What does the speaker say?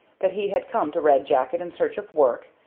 that he had come to red jacket in search of work,